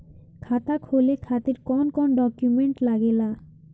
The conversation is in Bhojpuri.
खाता खोले खातिर कौन कौन डॉक्यूमेंट लागेला?